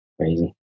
Crazy